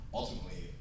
ultimately